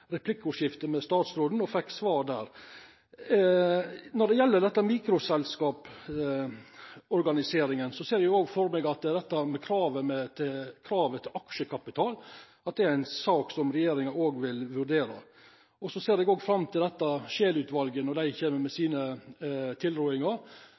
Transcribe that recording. replikkordskiftet med statsråden, og fekk svar der. Når det gjeld organiseringa av mikroselskap, ser eg òg for meg at dette kravet til aksjekapital er ei sak som regjeringa vil vurdera. Så ser eg fram til at Scheel-utvalet kjem med